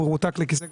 מרותק לכיסא גלגלים.